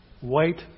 White